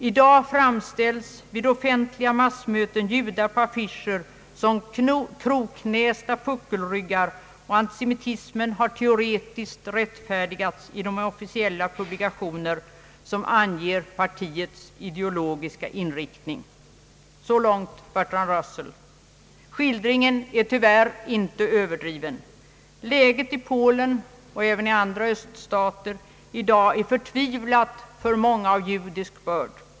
I dag framställes vid offentliga massmöten judar på affischer som kroknästa puckelryggar och antisemitism har teoretiskt rättfärdigats i de officiella publikationer som anger partiets ideologiska inriktning.» Skildringen är tyvärr inte överdriven. Läget i Polen och även i andra öststater är i dag förtvivlat för många av judisk börd.